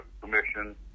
commission